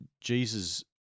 Jesus